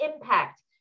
impact